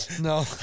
no